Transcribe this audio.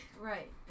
right